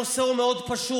הנושא מאוד פשוט: